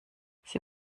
sie